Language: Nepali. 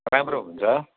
राम्रो हुन्छ